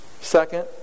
second